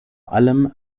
allem